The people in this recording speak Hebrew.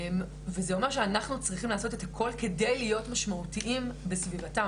הדבר הזה אומר שאנחנו צריכים לעשות את הכל כדי להיות משמעותיים בסביבתם.